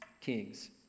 kings